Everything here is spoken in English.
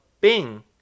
Bing